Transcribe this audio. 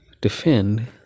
defend